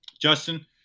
Justin